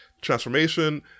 *Transformation*